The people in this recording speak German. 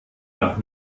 nach